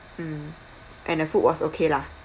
mm and the food was okay lah